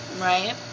right